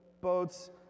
boats